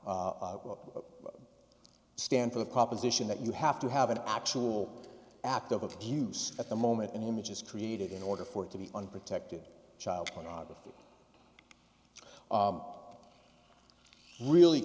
stand for the proposition that you have to have an actual act of abuse at the moment and image is created in order for it to be unprotected child pornography really